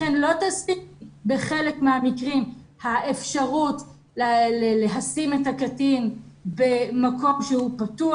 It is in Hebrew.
לכן לא מספיק בחלק מהמקרים האפשרות להשים את הקטין במקום שהוא פתוח,